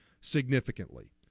significantly